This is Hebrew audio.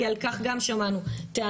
כי על כך גם שמענו טענות.